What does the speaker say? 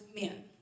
men